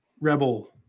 rebel